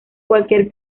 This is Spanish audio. cualquier